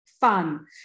fun